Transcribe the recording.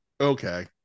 Okay